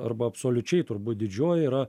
arba absoliučiai turbūt didžioji yra